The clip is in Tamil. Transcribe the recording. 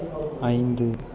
ஐந்து